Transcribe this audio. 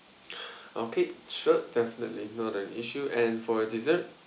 okay sure definitely not an issue and for dessert